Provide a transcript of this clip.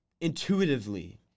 intuitively